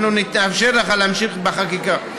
אנחנו נאפשר לך להמשיך בחקיקה.